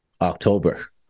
October